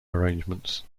arrangements